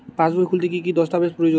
পাসবই খুলতে কি কি দস্তাবেজ প্রয়োজন?